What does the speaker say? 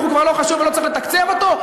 הוא כבר לא חשוב ולא צריך לתקצב אותו?